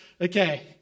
Okay